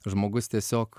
žmogus tiesiog